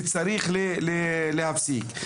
צריך להפסיק.